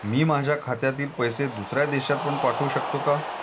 मी माझ्या खात्यातील पैसे दुसऱ्या देशात पण पाठवू शकतो का?